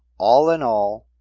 all in all,